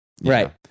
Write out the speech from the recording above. Right